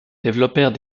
développèrent